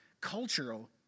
cultural